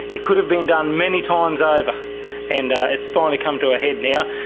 it could have been done many times over and it's finally come to a head now.